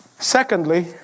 Secondly